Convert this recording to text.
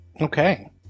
Okay